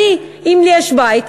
אם לי יש בית,